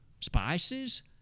Spices